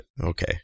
Okay